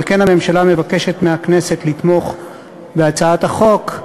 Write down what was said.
על כן, הממשלה מבקשת מהכנסת לתמוך בהצעת החוק.